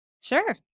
Sure